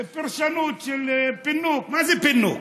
לפרשנות של "פינוק" מה זה פינוק.